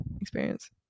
experience